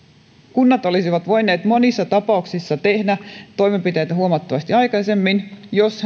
kunnat olisivat voineet monissa tapauksissa tehdä toimenpiteitä huomattavasti aikaisemmin jos